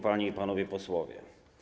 Panie i Panowie Posłowie!